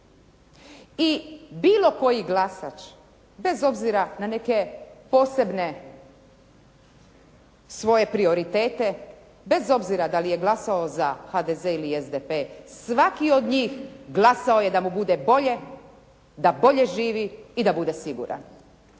I bilo koji glasač bez obzira na neke posebne svoje prioritete, bez obzira da li je glasovao za HDZ ili SDP, svaki od njih glasao je da mu bude bolje, da bolje živi i da bude siguran.